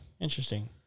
Interesting